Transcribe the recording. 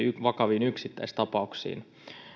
vakavissa yksittäistapauksissa